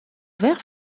vert